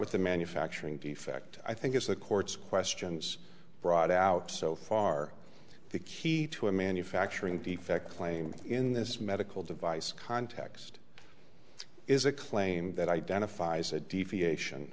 with the manufacturing defect i think is the court's questions brought out so far the key to a manufacturing defect claim in this medical device context is a claim that identifies a deviation